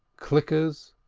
clickers,